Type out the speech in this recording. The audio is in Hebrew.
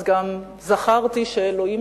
אז גם זכרתי ש"אלוהים,